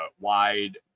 wide